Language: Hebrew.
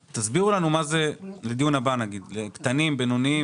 תסבירו לנו בדיון הבא מה זה קטנים ומה זה בינוניים